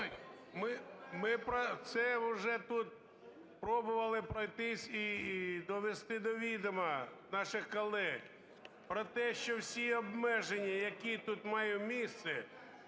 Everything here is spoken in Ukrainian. про це уже тут пробували пройтись і довести до відома наших колег про те, що всі обмеження, які тут мають місце,